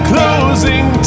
Closing